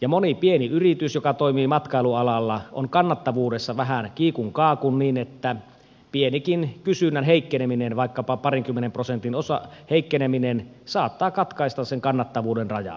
ja moni pieni yritys joka toimii matkailualalla on kannattavuudessa vähän kiikun kaakun niin että pienikin kysynnän heikkeneminen vaikkapa parinkymmenen prosentin heikkeneminen saattaa katkaista sen kannattavuuden rajan